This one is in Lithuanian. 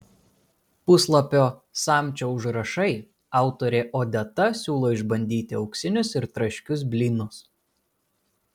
puslapio samčio užrašai autorė odeta siūlo išbandyti auksinius ir traškius blynus